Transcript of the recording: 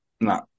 no